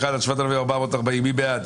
עד 5,060, מי בעד?